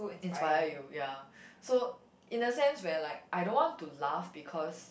inspire you ya so in a sense where like I don't want to laugh because